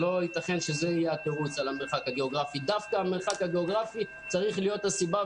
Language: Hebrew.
לא יתכן שהמרחק הגיאוגרפי יהיה התירוץ.